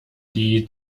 die